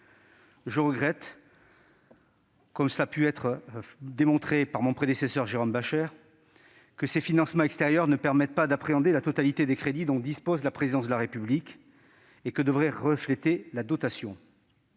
Je regrette, à la suite de mon prédécesseur Jérôme Bascher, que ces financements extérieurs ne permettent pas d'appréhender la totalité des crédits dont dispose la présidence de la République et que devrait refléter la dotation.